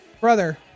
Brother